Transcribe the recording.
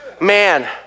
Man